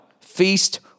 Feast